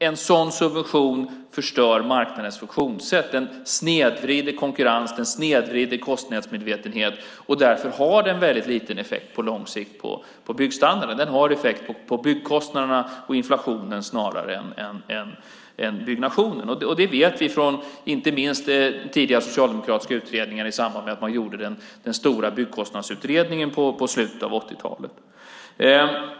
En sådan subvention förstör nämligen marknadens funktionssätt. Den snedvrider konkurrens och kostnadsmedvetenhet och har därför väldigt liten effekt på byggstandarden på lång sikt. Den har effekt på byggkostnaderna och inflationen snarare än på byggnationen. Det vet vi inte minst från tidigare socialdemokratiska utredningar i samband med den stora Byggkostnadsutredningen i slutet av 80-talet.